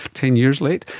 ten years late,